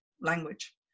language